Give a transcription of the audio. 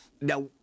Now